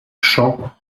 champs